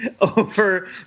over